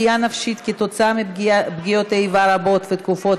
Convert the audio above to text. פגיעה נפשית כתוצאה מפגיעות איבה רבות ותכופות),